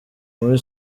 muri